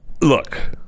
Look